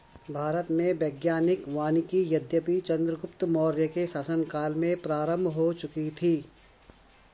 भारत में वैज्ञानिक वानिकी यद्यपि चंद्रगुप्त मौर्य के शासन काल में प्रारंभ हो चुकी थी